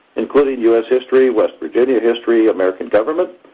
including u s. history, west virginia history, american government,